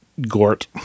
Gort